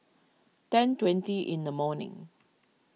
ten twenty in the morning